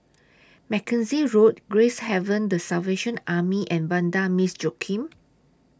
Mackenzie Road Gracehaven The Salvation Army and Vanda Miss Joaquim